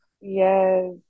Yes